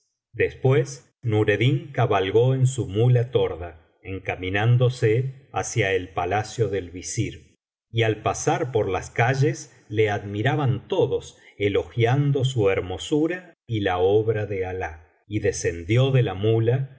después nureddin cabalgó en su muía torda encaminándose hacia el palacio del visir y al pasar por las calles le admiraban todos elogiando su hermosura y la obra de alah y descendió de la muía